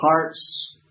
heart's